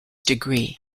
degree